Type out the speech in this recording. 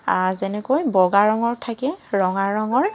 যেনেকৈ বগা ৰঙত থাকে ৰঙা ৰঙৰ